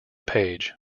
page